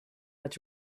met